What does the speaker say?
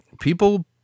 people